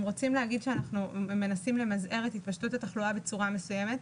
אם רוצים להגיד שאנחנו מנסים למזער את התפשטות התחלואה בצורה מסוימת,